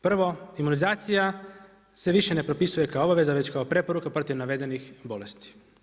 Prvo, imunizacija, se više ne prepisuje kao obaveza, već kao preporuka navedenih bolesti.